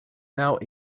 now